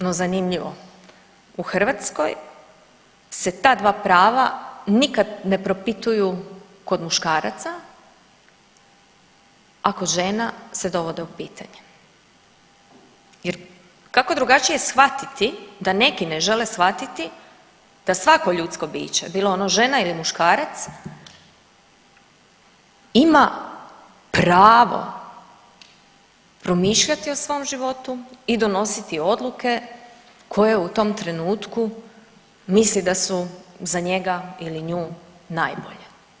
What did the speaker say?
No, zanimljivo u Hrvatskoj se ta dva prava nikad ne propituju kod muškaraca, a kod žena se dovode u pitanje jer kako drugačije shvatiti da neki ne žele shvatiti da svako ljudsko biće bilo ono žena ili muškarac ima pravo promišljati o svom životu i donositi odluke koje u tom trenutku misli da su za njega ili nju najbolje.